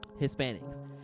Hispanics